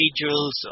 individuals